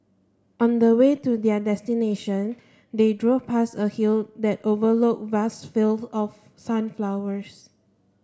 on the way to their destination they drove past a hill that overlooked vast field of sunflowers